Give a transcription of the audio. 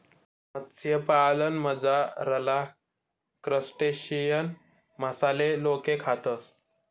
मत्स्यपालनमझारला क्रस्टेशियन मासाले लोके खातस